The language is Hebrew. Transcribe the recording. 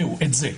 זהו, את זה.